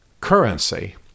currency